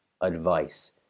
advice